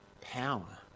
power